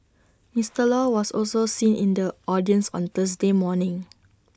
Mister law was also seen in the audience on Thursday morning